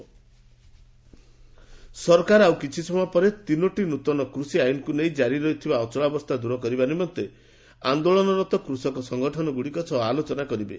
centre farmers ସରକାର ଆଉ କିଛି ସମୟ ପରେ ତିନୋଟି ନୃତନ କୃଷି ଆଇନକୁ ନେଇ ଜାରି ଥିବା ଅଚଳାବସ୍ଥା ଦୂର କରିବା ନିମନ୍ତେ ସରକାର ଆନ୍ଦୋଳନରତ କୃଷକ ସଙ୍ଗଠନଗୁଡ଼ିକ ସହ ଆଲୋଚନା କରିବେ